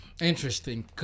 Interesting